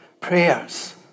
prayers